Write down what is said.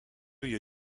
you